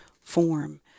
form